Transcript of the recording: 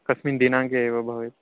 कस्मिन् दिनाङ्के एव भवेत्